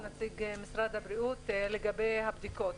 את נציג משרד הבריאות הוא לגבי הבדיקות.